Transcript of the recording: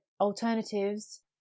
alternatives